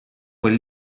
quel